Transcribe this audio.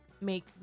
make